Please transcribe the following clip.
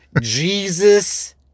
Jesus